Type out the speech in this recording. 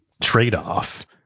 trade-off